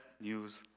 news